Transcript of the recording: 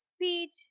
Speech